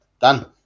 Done